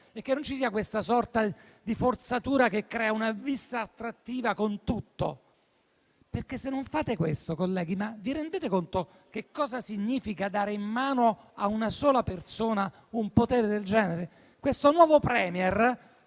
e che non ci sia questa sorta di forzatura che crea una *vis attractiva* con tutto. Se non fate questo, colleghi, vi rendete conto che cosa significa dare in mano a una sola persona un potere del genere? Questo nuovo *Premier*